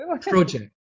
Project